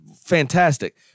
fantastic